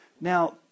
Now